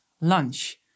lunch